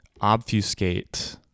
obfuscate